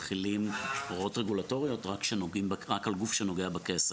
מחילים הוראות רגולטוריות רק על גוף שנוגע בכסף.